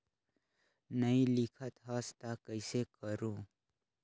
नी लिखत हस ता कइसे करू?